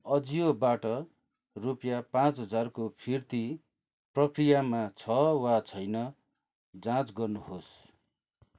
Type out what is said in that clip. अजियोबाट रु पाँच हजारको फिर्ती प्रक्रियामा छ वा छैन जाँच गर्नुहोस्